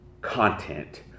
content